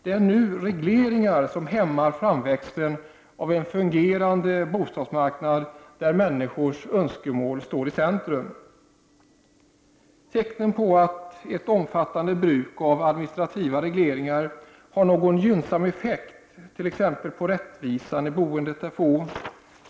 Det är nu regleringar som hämmar framväxten av en fungerande bostadsmarknad där människors önskemål står i centrum. Tecknen på att ett omfattande bruk av administrativa regleringar har någon gynnsam effekt t.ex. på rättvisan i boendet är få.